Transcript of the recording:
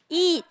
eat